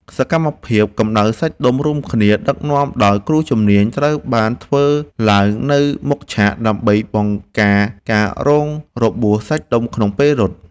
សកម្មភាពកម្ដៅសាច់ដុំរួមគ្នាដឹកនាំដោយគ្រូជំនាញ ត្រូវបានធ្វើឡើងនៅមុខឆាក ដើម្បីបង្ការការរងរបួសសាច់ដុំក្នុងពេលរត់។